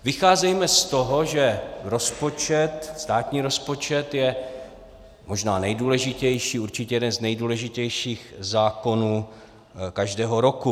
Vycházejme z toho, že státní rozpočet je možná nejdůležitější, určitě jeden z nejdůležitějších zákonů každého roku.